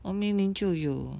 我明明就有